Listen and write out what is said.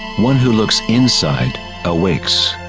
one who looks inside awakes.